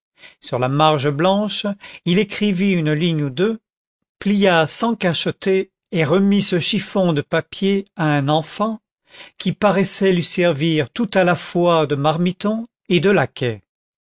sur la marge blanche il écrivit une ligne ou deux plia sans cacheter et remit ce chiffon de papier à un enfant qui paraissait lui servir tout à la fois de marmiton et de